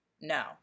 no